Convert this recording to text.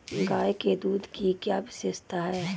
गाय के दूध की क्या विशेषता है?